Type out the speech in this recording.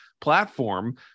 platform